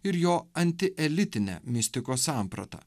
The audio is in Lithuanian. ir jo anti elitinę mistikos sampratą